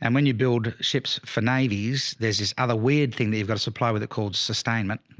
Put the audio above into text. and when you build ships for navies, there's this other weird thing that you've got to supply with it called sustainment.